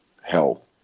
health